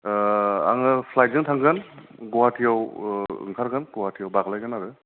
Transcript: दा आङो फ्लायटजों थांगोन गुवाटिआव ओंखारगोन गुवाटिआव बाख्लायगोन आरो